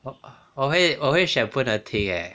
我会我会选不能听 eh